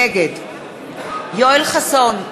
נגד יואל חסון,